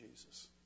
Jesus